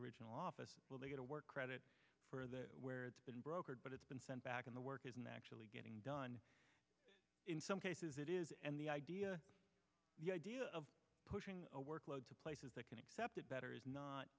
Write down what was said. original office will they get a work credit for that where it's been brokered but it's been sent back in the work isn't actually getting done in some cases it is and the idea of pushing a workload to places that can accept it better is not